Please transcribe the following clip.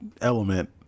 element